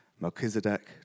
Melchizedek